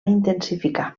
intensificar